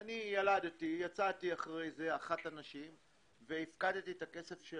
אני ילדתי, הפקדתי את הכסף של